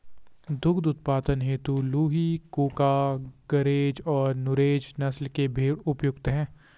दुग्ध उत्पादन हेतु लूही, कूका, गरेज और नुरेज नस्ल के भेंड़ उपयुक्त है